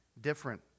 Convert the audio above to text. different